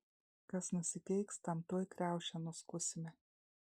kas nusikeiks tam tuoj kriaušę nuskusime